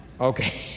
Okay